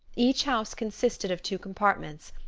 each house consisted of two compartments,